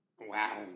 Wow